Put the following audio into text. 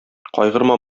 кайгырма